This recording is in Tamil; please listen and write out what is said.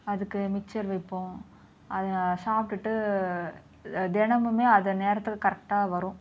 அதுக்கு மிக்சர் வைப்போம் அது சாப்பிட்டுட்டு தினமுமே அது நேரத்துக்கு கரெக்டாக வரும்